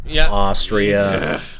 Austria